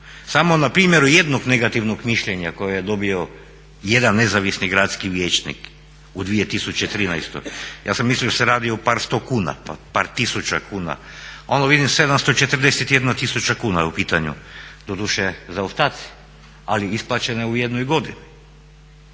samo na primjeru jednog negativnog mišljenja koje je dobio jedan nezavisni gradski vijećnik u 2013. ja sam mislio da se radi o par sto kuna, par tisuća kuna, ono vidim 741 tisuća kuna je u pitanju, doduše zaostaci ali isplaćene u jednoj godini.